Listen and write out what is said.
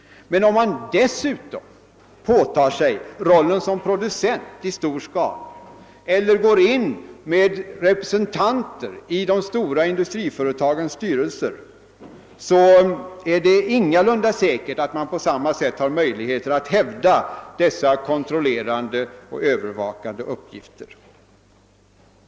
Men påtager man sig dessutom rollen som producent i stor skala, eller går in med representanter i de stora industriföretagens styrelser, är det ingalunda säkert att man på samma sätt har möjligheter att hävda dessa kontrollerande och övervakande uppgifter.